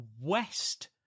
West